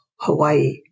Hawaii